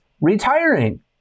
retiring